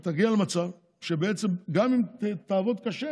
אתה תגיע למצב שבעצם גם אם תעבוד קשה,